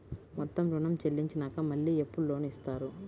మొత్తం ఋణం చెల్లించినాక మళ్ళీ ఎప్పుడు లోన్ ఇస్తారు?